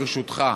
ברשותך: